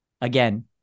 Again